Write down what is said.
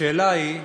השאלה היא,